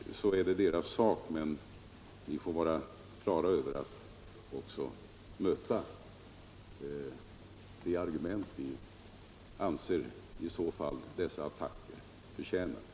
är det självfallet er sak, men ni får vara på det klara med att ni då också möter de argument som vi i så fall anser att dessa attacker förtjänar.